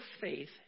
faith